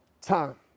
time